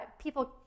people